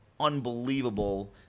unbelievable